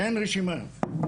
אין רשימה.